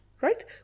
right